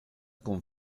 con